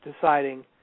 deciding –